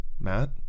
Matt